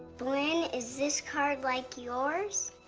blynn, is this card like yours?